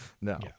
no